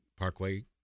Parkway